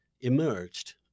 emerged